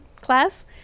class